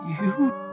You